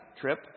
trip